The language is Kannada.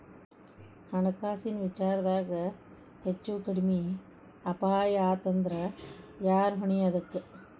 ಹಣ್ಕಾಸಿನ್ ವಿಚಾರ್ದಾಗ ಹೆಚ್ಚು ಕಡ್ಮಿ ಅಪಾಯಾತಂದ್ರ ಯಾರ್ ಹೊಣಿ ಅದಕ್ಕ?